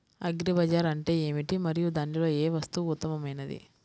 Agri బజార్ అంటే ఏమిటి మరియు దానిలో ఏ వస్తువు ఉత్తమమైనది?